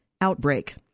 outbreak